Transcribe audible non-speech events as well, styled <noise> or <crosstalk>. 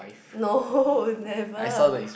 no <laughs> never